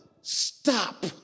stop